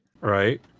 Right